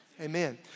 Amen